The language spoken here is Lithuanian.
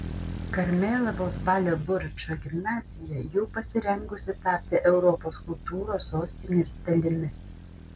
karmėlavos balio buračo gimnazija jau pasirengusi tapti europos kultūros sostinės dalimi